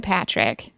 Patrick